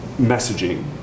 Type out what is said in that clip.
messaging